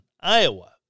Iowa